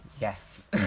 Yes